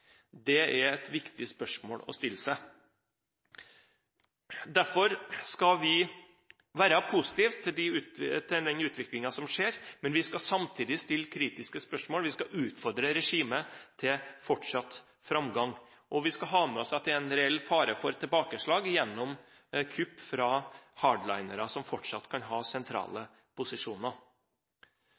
Det er et viktig spørsmål å stille seg. Derfor skal vi være positive til den utviklingen som skjer, men vi skal samtidig stille kritiske spørsmål, vi skal utfordre regimet til fortsatt framgang. Og vi skal ha med oss at det er en reell fare for tilbakeslag gjennom kupp fra «hardliners», som fortsatt kan ha sentrale posisjoner.